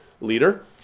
leader